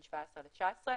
בין 17' ל-19',